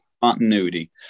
continuity